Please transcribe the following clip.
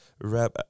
rap